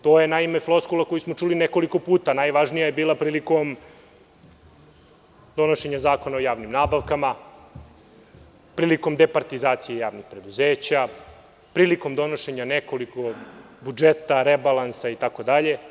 To je floskula koju smo čuli nekoliko puta, najvažnija je bila prilikom donošenja Zakona o javnim nabavkama, prilikom departizacije javnih preduzeća, prilikom donošenja nekoliko budžeta, rebalansa, itd.